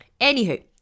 Anywho